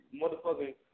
motherfucking